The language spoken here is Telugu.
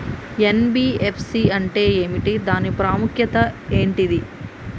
ఎన్.బి.ఎఫ్.సి అంటే ఏమిటి దాని ప్రాముఖ్యత ఏంటిది?